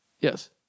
Yes